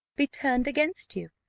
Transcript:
be turned against you.